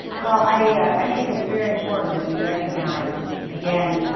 well, i, yeah i think it's very important that we recognize again,